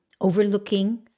overlooking